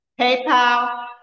PayPal